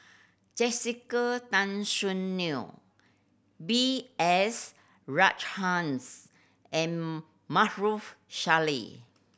Jessica Tan Soon Neo B S Rajhans and Salleh